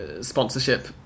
sponsorship